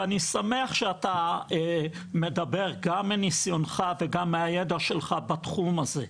ואני שמח שאתה מדבר גם מניסיונך וגם מהידע שלך בתחום הזה.